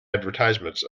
advertisements